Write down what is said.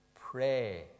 Pray